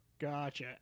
Gotcha